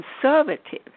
conservative